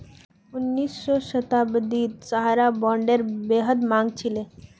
उन्नीस सौ छियांबेत सहारा बॉन्डेर बेहद मांग छिले